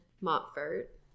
Montfort